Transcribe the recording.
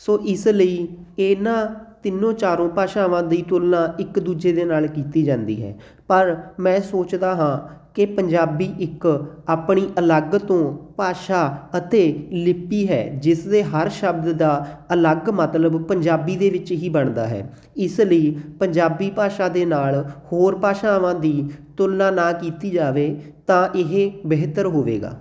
ਸੋ ਇਸ ਲਈ ਇਹਨਾਂ ਤਿੰਨੋਂ ਚਾਰੋਂ ਭਾਸ਼ਾਵਾਂ ਦੀ ਤੁਲਨਾ ਇੱਕ ਦੂਜੇ ਦੇ ਨਾਲ ਕੀਤੀ ਜਾਂਦੀ ਹੈ ਪਰ ਮੈਂ ਸੋਚਦਾ ਹਾਂ ਕਿ ਪੰਜਾਬੀ ਇੱਕ ਆਪਣੀ ਅਲੱਗ ਤੋਂ ਭਾਸ਼ਾ ਅਤੇ ਲਿਪੀ ਹੈ ਜਿਸ ਦੇ ਹਰ ਸ਼ਬਦ ਦਾ ਅਲੱਗ ਮਤਲਬ ਪੰਜਾਬੀ ਦੇ ਵਿੱਚ ਹੀ ਬਣਦਾ ਹੈ ਇਸ ਲਈ ਪੰਜਾਬੀ ਭਾਸ਼ਾ ਦੇ ਨਾਲ ਹੋਰ ਭਾਸ਼ਾਵਾਂ ਦੀ ਤੁਲਨਾ ਨਾ ਕੀਤੀ ਜਾਵੇ ਤਾਂ ਇਹ ਬਿਹਤਰ ਹੋਵੇਗਾ